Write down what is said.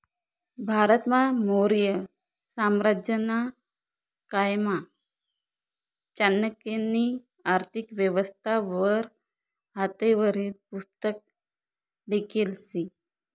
भारतमा मौर्य साम्राज्यना कायमा चाणक्यनी आर्थिक व्यवस्था वर हातेवरी पुस्तक लिखेल शे